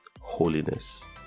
holiness